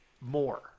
more